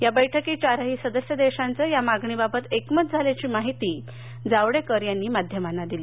या बैठकीत चारही सदस्य देशांचे या मागणीबाबत एकमत झाल्याची माहिती जावडेकर यांनी माध्यमांना दिली